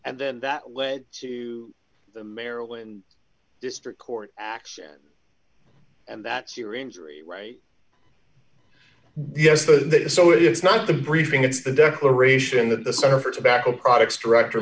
and then that led to the maryland district court action and that's your injury right yes the so it's not the briefing it's the declaration that the center for tobacco products director